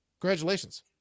congratulations